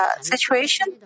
situation